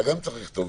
אתה גם צריך לכתוב